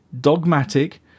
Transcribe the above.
dogmatic